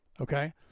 Okay